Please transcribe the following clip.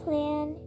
Plan